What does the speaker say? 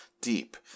deep